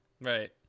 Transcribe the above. right